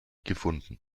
gefunden